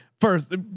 First